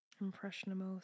Impressionable